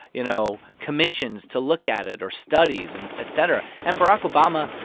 you know, commissions to look at it or studies, and etc. and barack obama,